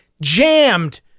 jammed